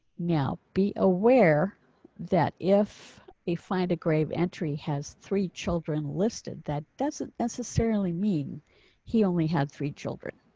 now be aware that if a. find a grave entry has three children listed that doesn't necessarily mean he only had three children.